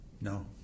no